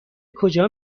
کجا